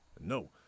No